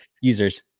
users